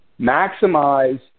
maximize